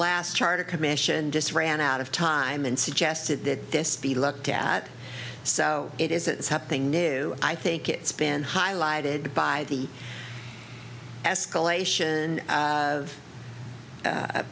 last charter commission just ran out of time and suggested that this be looked at so it isn't something new i think it's been highlighted by the escalation